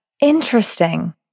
Interesting